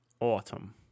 autumn